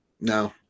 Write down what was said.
No